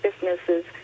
businesses